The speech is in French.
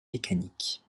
mécanique